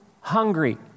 hungry